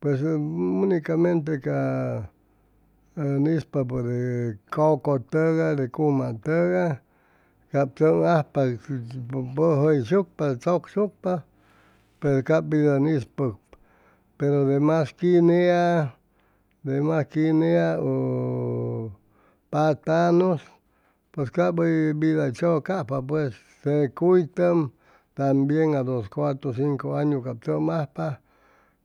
pues unicamente ca ʉn ispa por coco tʉay uma tʉgay cap tʉm ajpa pʉjʉyshucpa tzʉcsucpa pero cap pit ʉn ispʉcpa pero demas quinea demas quinea u patanus pues cap hʉy vida hʉy tzʉcajpa pues te cuytʉm tambien a los cuatro cinco añu cap tʉm ajpa